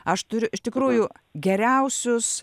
aš turiu iš tikrųjų geriausius